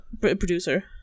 producer